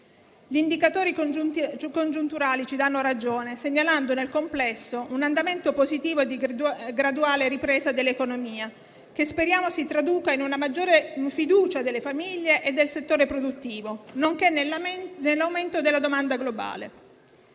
Gli indicatori congiunturali ci danno ragione, segnalando nel complesso un andamento positivo e di graduale ripresa dell'economia, che speriamo si traduca in una maggiore fiducia delle famiglie e del settore produttivo, nonché nell'aumento della domanda globale.